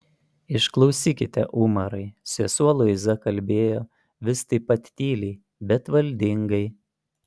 išklausykite umarai sesuo luiza kalbėjo vis taip pat tyliai bet valdingai